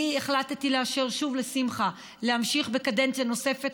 אני החלטתי לאשר שוב לשמחה להמשיך בקדנציה נוספת.